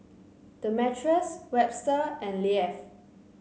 Demetrius Webster and Leif